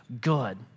good